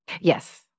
Yes